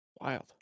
wild